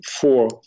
four